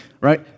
right